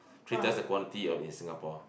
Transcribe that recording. three times the quantity of in Singapore